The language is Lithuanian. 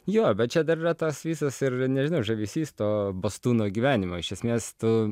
jo bet čia dar yra tas visas ir nežinau žavesys to bastūno gyvenimo iš esmės tu